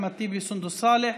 אחמד טיבי וסונדוס סאלח.